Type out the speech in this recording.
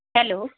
hello